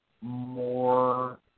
more